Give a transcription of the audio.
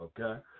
okay